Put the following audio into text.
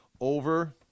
over